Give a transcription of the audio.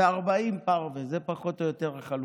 ו-40 פרווה, זו פחות או יותר החלוקה.